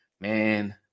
Man